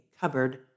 cupboard